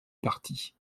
parties